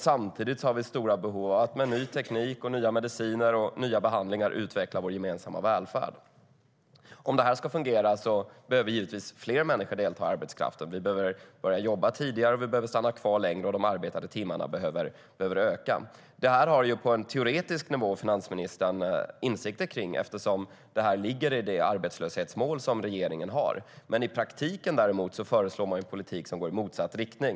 Samtidigt har vi stora behov av att med ny teknik, nya mediciner och nya behandlingar utveckla vår gemensamma välfärd. Om det ska fungera behöver givetvis fler människor delta i arbetskraften. Vi behöver börja jobba tidigare, vi behöver stanna kvar längre och de arbetade timmarna behöver öka. Detta har finansministern på en teoretisk nivå insikter om, eftersom det ligger i det arbetslöshetsmål som regeringen har. Men i praktiken föreslår den en politik som går i motsatt riktning.